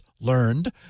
learned